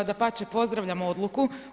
Dapače pozdravljam odluku.